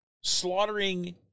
slaughtering